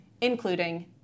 including